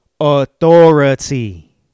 authority